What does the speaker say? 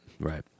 Right